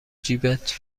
جیبت